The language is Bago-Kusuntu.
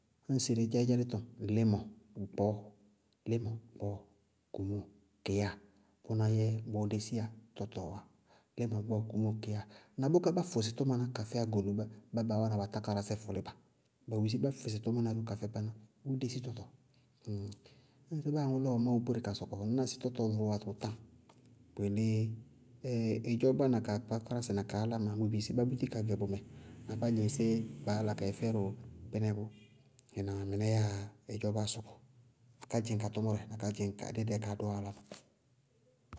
Ñŋsɩ ídzá ídzá dí tɔŋ, límɔ, gbɔɔ, límɔ, gbɔɔ, kumóo, kɩyáa, bʋná yɛ bɔɔɔ desiyá tɔtɔɔwá, límɔ, gbɔɔ, kumóo, kɩyáa, na bʋká bá fʋsɩ tʋmaná ka fɛ ágolubá, bá baá wáana bá tákáradásɛ fɔlíba, bʋ bisí bá fʋsɩ tʋmaná ró ka fɛ báná ró. Bʋʋ dési tɔtɔ. ñŋsɩ báa aŋʋ lɔ ʋ má ɔ bóre ka sɔkɔ, ŋñná sɩ tɔtɔɔ vʋʋwá tʋʋ táŋ. Bʋ yelé ɩdzɔbá na ka kpákpárásɛ na ka aláma, bʋ bisí bá búti ga gɛ bʋmɛ na bá dzɩŋ séé baá yála ka yɛ fɛdʋ kpínɛ bʋ. Ɩnáa? Mɩnɛ yáa ɩdzɔbáá sɔkɔ ká dzɩŋ ka tʋmʋrɛ na ká dzɩŋ dí dɛɛ ká dʋwá áláma.